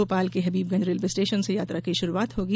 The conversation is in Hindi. भोपाल के हबीबगंज रेल्वे स्टेशन से यात्रा की शुरूआत होगी